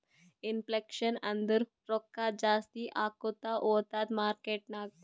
inflation ಅಂದುರ್ ರೊಕ್ಕಾ ಜಾಸ್ತಿ ಆಕೋತಾ ಹೊತ್ತುದ್ ಮಾರ್ಕೆಟ್ ನಾಗ್